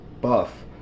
Buff